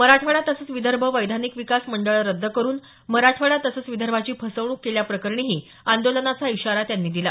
मराठवाडा तसंच विदर्भ वैधानिक विकास मंडळं रद्द करून मराठवाडा तसंच विदर्भाची फसवणूक केल्याप्रकरणीही आंदोलनाचा इशारा त्यांनी दिला